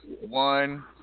one